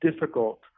difficult